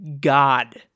God